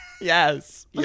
Yes